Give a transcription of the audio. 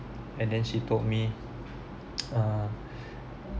and then she told me ah